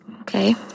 Okay